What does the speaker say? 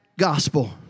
Gospel